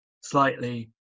slightly